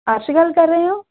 ਅਰਸ਼ ਗੱਲ ਕਰ ਰਹੇ ਹੋ